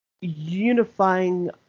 unifying